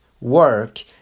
work